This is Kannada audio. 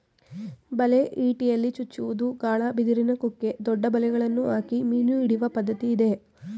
ಬಲೆ, ಇಟಿಯಲ್ಲಿ ಚುಚ್ಚುವುದು, ಗಾಳ, ಬಿದಿರಿನ ಕುಕ್ಕೆ, ದೊಡ್ಡ ಬಲೆಗಳನ್ನು ಹಾಕಿ ಮೀನು ಹಿಡಿಯುವ ಪದ್ಧತಿ ಇದೆ